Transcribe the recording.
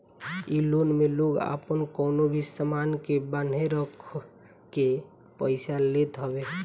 इ लोन में लोग आपन कवनो भी सामान के बान्हे रखके पईसा लेत हवे